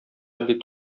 бит